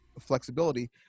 flexibility